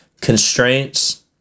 constraints